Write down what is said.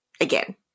again